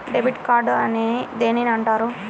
Debit card అని దేనిని అంటారు?